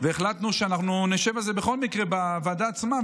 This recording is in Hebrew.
והחלטנו שאנחנו נשב על זה בכל מקרה בוועדה עצמה,